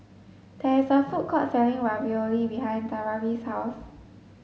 there is a food court selling Ravioli behind Tavaris' house